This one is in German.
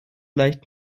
leicht